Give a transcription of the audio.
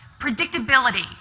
predictability